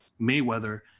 Mayweather